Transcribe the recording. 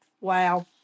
Wow